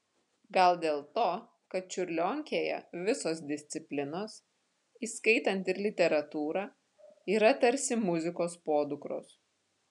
gal dėl to kad čiurlionkėje visos disciplinos įskaitant ir literatūrą yra tarsi muzikos podukros